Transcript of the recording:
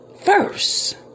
first